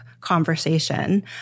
conversation